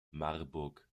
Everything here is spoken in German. marburg